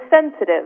sensitive